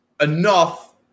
enough